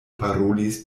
parolis